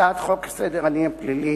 הצעת חוק סדר הדין הפלילי